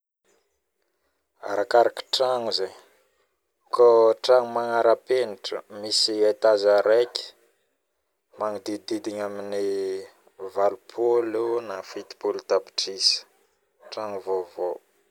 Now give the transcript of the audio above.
Arakaraka tragno zaigny kao tragno magnarapenitra misy etage araiky magodidigny amin'ny 80 na 70 tapitrisa tragno vaovao